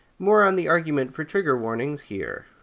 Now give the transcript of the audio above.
more on the argument for trigger warnings here